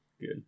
good